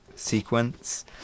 Sequence